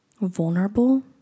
vulnerable